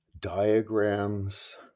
diagrams